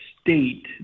State